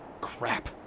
Crap